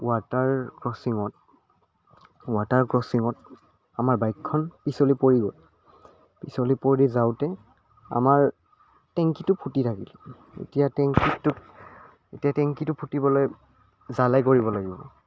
water ক্ৰচিঙত water ক্ৰচিঙত আমাৰ বাইকখন পিচলি পৰি গ'ল পিচলি পৰি যাওঁতে আমাৰ টেংকিটো ফুটি থাকিল এতিয়া টেংকিটোত এতিয়া টেংকিটো ফুটিবলৈ জ্বালাই কৰিব লাগিব